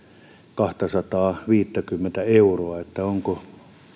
kahtasataaviittäkymmentä euroa onko